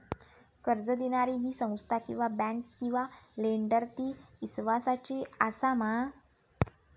कर्ज दिणारी ही संस्था किवा बँक किवा लेंडर ती इस्वासाची आसा मा?